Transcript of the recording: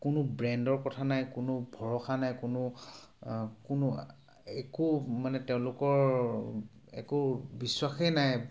কোনো ব্ৰেণ্ডৰ কথা নাই কোনো ভৰসা নাই কোনো কোনো একো মানে তেওঁলোকৰ একো বিশ্বাসেই নাই